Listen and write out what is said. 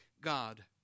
God